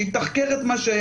שיתחקר את מה,